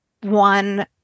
one